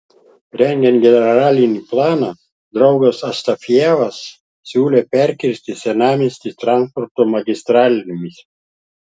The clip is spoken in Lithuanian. rengiant generalinį planą draugas astafjevas siūlė perkirsti senamiestį transporto magistralėmis